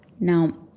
Now